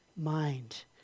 Mind